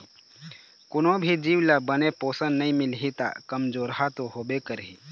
कोनो भी जीव ल बने पोषन नइ मिलही त कमजोरहा तो होबे करही